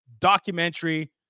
documentary